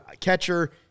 Catcher